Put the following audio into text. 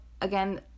again